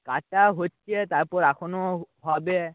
কাজটা হচ্ছে তারপর এখনও হবে